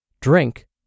drink